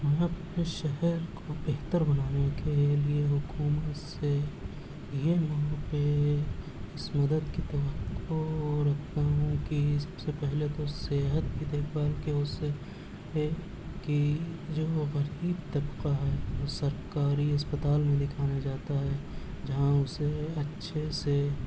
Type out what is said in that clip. میں اپنے شہر کو بہتر بنانے کے لیے حکومت سے یہ اس مدد کی توقع رکھتا ہوں کہ سب سے پہلے تو صحت کی دیکھ بھال کی اس سے کہ جو غریب طبقہ ہے سرکاری اسپتال میں دکھانے جاتا ہے جہاں اسے اچھے سے